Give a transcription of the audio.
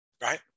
right